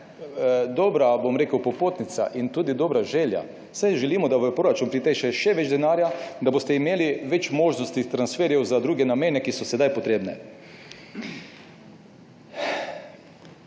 dobra popotnica in tudi dobra želja, saj želimo, da v proračun priteče še več denarja, da boste imeli več možnosti transferjev za druge namene, ki so sedaj potrebni.